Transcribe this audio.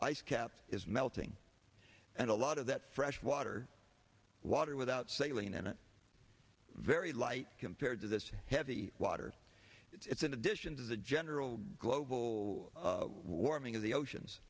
ice cap is melting and a lot of that freshwater water without sailing in a very light compared to this heavy water it's in addition to the general global warming of the oceans